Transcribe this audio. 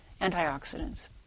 antioxidants